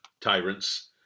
tyrants